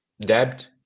debt